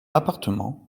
appartement